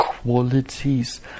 Qualities